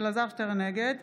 נגד